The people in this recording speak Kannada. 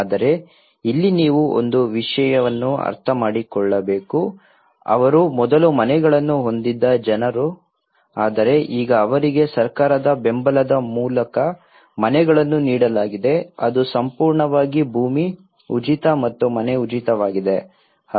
ಆದರೆ ಇಲ್ಲಿ ನೀವು ಒಂದು ವಿಷಯವನ್ನು ಅರ್ಥಮಾಡಿಕೊಳ್ಳಬೇಕು ಅವರು ಮೊದಲು ಮನೆಗಳನ್ನು ಹೊಂದಿದ್ದ ಜನರು ಆದರೆ ಈಗ ಅವರಿಗೆ ಸರ್ಕಾರದ ಬೆಂಬಲದ ಮೂಲಕ ಮನೆಗಳನ್ನು ನೀಡಲಾಗಿದೆ ಅದು ಸಂಪೂರ್ಣವಾಗಿ ಭೂಮಿ ಉಚಿತ ಮತ್ತು ಮನೆ ಉಚಿತವಾಗಿದೆ